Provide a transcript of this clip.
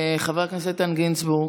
חבר הכנסת איתן גינזבורג.